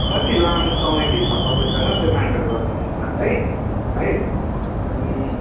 कति लामो समय चाहिँ छ तपाईँसँग त्यो म्याटर गर्छ त्यसमा चाहिँ है अनि